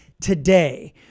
today